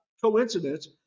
coincidence